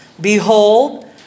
Behold